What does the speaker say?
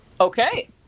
Okay